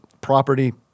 property